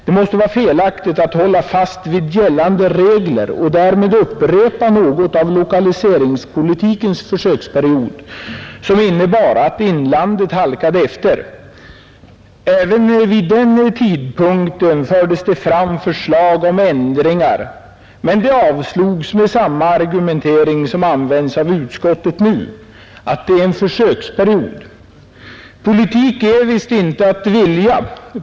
Det måste vara felaktigt att hålla fast vid gällande regler och därmed upprepa något av lokaliseringspolitikens försöksperiod som innebar att inlandet halkade efter. Även vid denna tidpunkt fördes det fram förslag om ändringar men de avstyrktes med samma argument som nu används av utskottet, nämligen att det är fråga om en försöksperiod. Politik är tydligen inte att vilja.